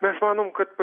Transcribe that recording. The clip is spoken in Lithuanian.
mes manom kad